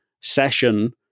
session